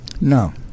No